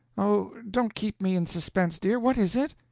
oh, don't keep me in suspense, dear! what is it?